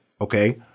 okay